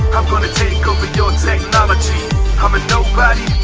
i'm gonna takeover your technology i'm a nobody,